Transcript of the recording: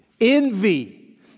Envy